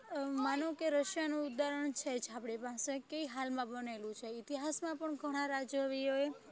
માનો કે રશિયાનું ઉદાહરણ છે જ આપણી પાસે કે હાલમાં બનેલું છે ઈતિહાસમાં પણ ઘણા રાજવીઓએ